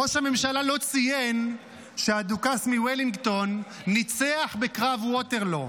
ראש הממשלה לא ציין שהדוכס מוולינגטון ניצח בקרב ווטרלו.